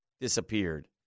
disappeared